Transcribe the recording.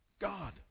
God